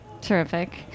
Terrific